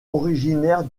originaire